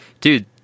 dude